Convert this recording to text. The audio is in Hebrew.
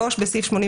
(3) בסעיף 71א1,